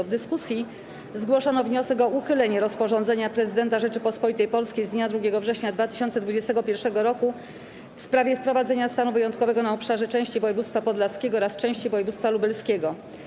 W dyskusji zgłoszono wniosek o uchylenie rozporządzenia Prezydenta Rzeczypospolitej Polskiej z dnia 2 września 2021 r. w sprawie wprowadzenia stanu wyjątkowego na obszarze części województwa podlaskiego oraz części województwa lubelskiego.